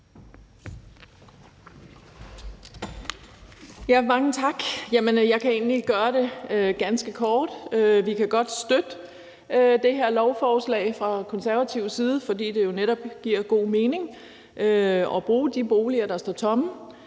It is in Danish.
Mange tak. Jeg kan egentlig gøre det ganske kort. Vi kan godt støtte det her lovforslag fra Konservatives side, fordi det jo netop giver god mening at bruge de boliger, der står tomme.